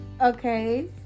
Okay